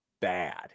bad